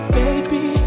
baby